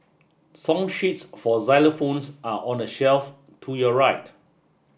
song sheets for xylophones are on the shelf to your right